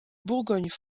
bourgogne